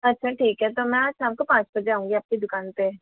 अच्छा ठीक है तो मैं आज शाम को पाँच बजे आऊंगी आप के दुकान पर